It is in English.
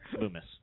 Loomis